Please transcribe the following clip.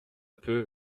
peu